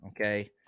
okay